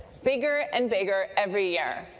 bigger, and bigger every year.